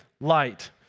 light